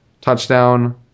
touchdown